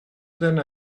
than